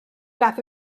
gaeth